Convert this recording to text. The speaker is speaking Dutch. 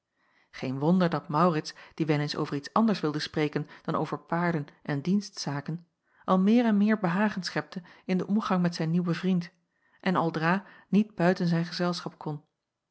geen wonder dat maurits die wel eens over iets anders wilde spreken dan over paarden en dienstzaken al meer en meer behagen schepte in den omgang met zijn nieuwen vriend en aldra niet buiten zijn gezelschap kon